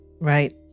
Right